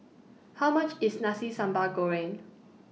How much IS Nasi Sambal Goreng